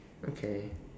okay